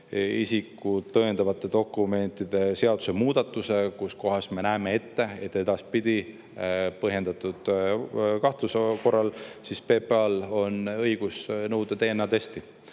isikut tõendavate dokumentide seaduse muudatuse, kus me näeme ette, et edaspidi on põhjendatud kahtluse korral PPA-l õigus nõuda DNA-testi.